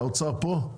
האוצר פה?